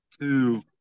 two